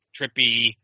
trippy